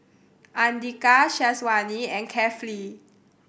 Andika Syazwani and Kefli